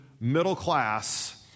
middle-class